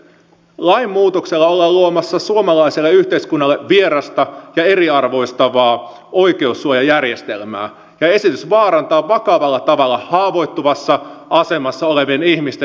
lainmuutoksella ollaan luomassa suomalaiselle yhteiskunnalle vierasta ja eriarvoistavaa oikeussuojajärjestelmää ja esitys vaarantaa vakavalla tavalla haavoittuvassa asemassa olevien ihmisten oikeusturvan